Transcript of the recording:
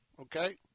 Okay